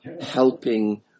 helping